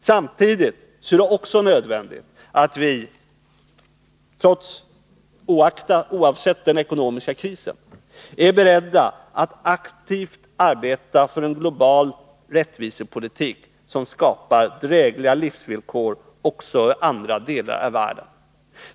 Samtidigt är det också nödvändigt att vi trots den ekonomiska krisen är beredda att aktivt arbeta för en global rättvisepolitik som skapar drägliga levnadsvillkor också i andra delar av världen.